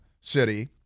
city